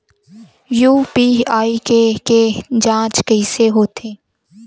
UPI के के जांच कइसे होथे?